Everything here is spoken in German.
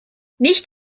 nicht